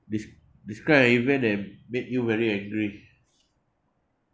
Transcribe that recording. des~ describe an event that made you very angry